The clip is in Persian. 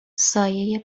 سایه